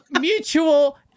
mutual